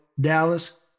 Dallas